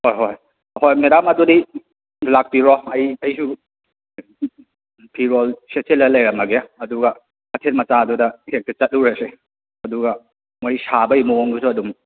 ꯑꯣ ꯍꯣꯏ ꯍꯣꯏ ꯍꯣꯏ ꯃꯦꯗꯥꯝ ꯑꯗꯨꯗꯤ ꯂꯥꯛꯄꯤꯔꯣ ꯑꯩ ꯑꯩꯁꯨ ꯐꯤꯔꯣꯜ ꯁꯦꯠꯆꯤꯜꯂ ꯂꯩꯔꯝꯃꯒꯦ ꯑꯗꯨꯒ ꯀꯩꯊꯦꯜ ꯃꯆꯥꯗꯨꯗ ꯍꯦꯛꯇ ꯆꯠꯂꯨꯔꯁꯤ ꯑꯗꯨꯒ ꯃꯣꯏꯒꯤ ꯁꯥꯕꯒꯤ ꯃꯑꯣꯡꯗꯨꯁꯨ ꯑꯗꯨꯝ